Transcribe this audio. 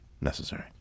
necessary